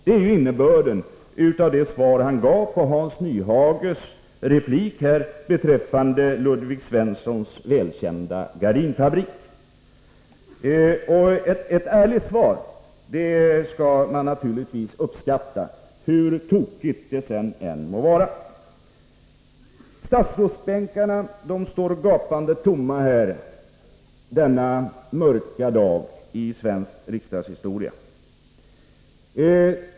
Det är ju innebörden av det svar som han gav på Hans Nyhages fråga beträffande Ludvig Svenssons välkända gardinfabrik. Och ett ärligt svar skall man naturligtvis uppskatta — hur tokigt det sedan än må vara. Men tokigt är det! Statsrådsbänkarna står gapande tomma denna mörka dag i svensk riksdagshistoria.